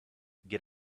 get